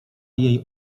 jej